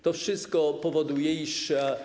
To wszystko powoduje, iż.